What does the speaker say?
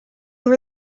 were